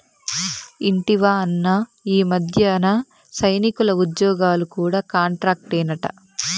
ఇంటివా అన్నా, ఈ మధ్యన సైనికుల ఉజ్జోగాలు కూడా కాంట్రాక్టేనట